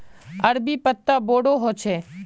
अरबी पत्ता बोडो होचे